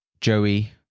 Joey